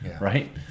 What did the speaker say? right